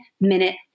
minute